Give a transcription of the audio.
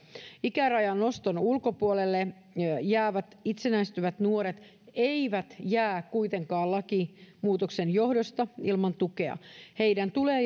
ikärajan noston ulkopuolelle jäävät itsenäistyvät nuoret eivät jää kuitenkaan lakimuutoksen johdosta ilman tukea heidän tulee